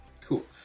Cool